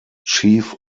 chief